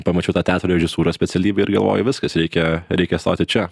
pamačiau tą teatro režisūros specialybę ir galvoju viskas reikia reikia stoti čia